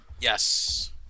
Yes